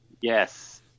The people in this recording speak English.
Yes